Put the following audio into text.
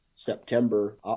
September